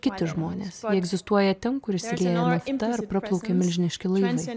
kiti žmonės jie egzistuoja ten kur išsilieja nafta ar praplaukia milžiniški laivai